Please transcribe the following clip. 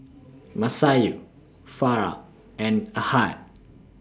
Masayu Farah and Ahad